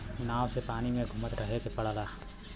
नाव से पानी में घुमत रहे के पड़ला